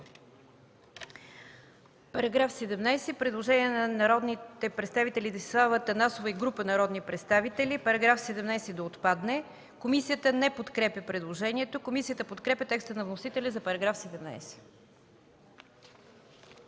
По § 17 има предложение на народния представител Десислава Атанасова и група народни представители –§ 17 да отпадне. Комисията не подкрепя предложението. Комисията подкрепя текста на вносителя за § 17.